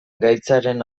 gaitzaren